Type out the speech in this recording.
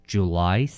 July